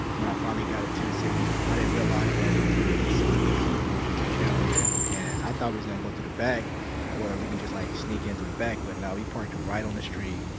when i finally got into the city, i didn't realize that it was gonna be so many people down there. and i thought we was gonna go through the back or we can just like sneak in through the back. but, no, we parked right on the street.